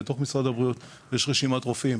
בתוך משרד הבריאות יש רשימת רופאים